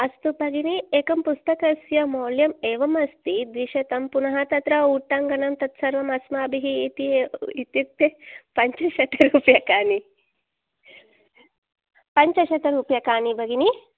अस्तु भगिनि एकं पुस्तकस्य मौल्यम् एवमस्ति द्विशतं पुनः तत्र उट्टङ्कनं तत् सर्वम् अस्माभिः इति इत्यस्य पञ्चशतरूप्यकाणि पञ्चशतरूप्यकाणि भगिनि